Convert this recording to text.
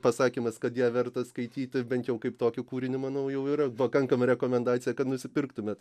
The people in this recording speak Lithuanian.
pasakymas kad ją verta skaityti bent jau kaip tokį kūrinį manau jau yra pakankama rekomendacija kad nusipirktumėt